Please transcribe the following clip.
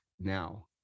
now